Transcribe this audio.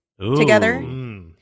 together